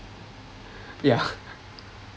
yeah